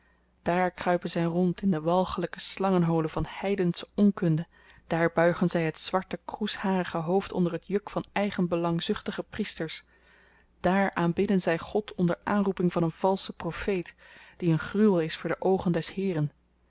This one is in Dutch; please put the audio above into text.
dààr kruipen zy rond in de walgelyke slangenholen van heidensche onkunde daar buigen zy het zwarte kroesharige hoofd onder het juk van eigenbelangzuchtige priesters dààr aanbidden zy god onder aanroeping van een valschen profeet die een gruwel is voor de oogen des heeren